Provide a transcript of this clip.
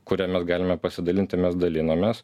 kuria mes galime pasidalint tai mes dalinamės